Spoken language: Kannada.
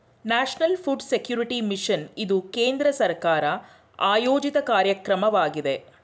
ನ್ಯಾಷನಲ್ ಫುಡ್ ಸೆಕ್ಯೂರಿಟಿ ಮಿಷನ್ ಇದು ಕೇಂದ್ರ ಸರ್ಕಾರ ಆಯೋಜಿತ ಕಾರ್ಯಕ್ರಮವಾಗಿದೆ